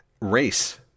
race